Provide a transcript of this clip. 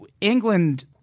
England